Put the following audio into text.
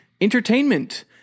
entertainment